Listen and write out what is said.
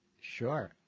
Sure